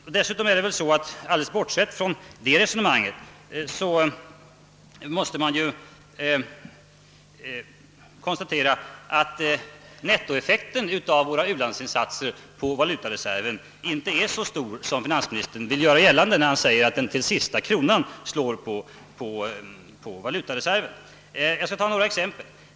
Och alldeles bortsett från detta resonemang måste vi konstatera att nettoeffekten av våra u-landsinsatser för valutareservens vidkommande inte är så stor som finansministern vill göra gällande när han säger att den till sista kronan slår på valutareserven. Jag skall ta några exempel.